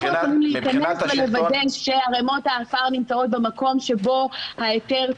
אנחנו יכולים להיכנס ולוודא שערמות העפר נמצאות במקום שבו ההיתר ניתן,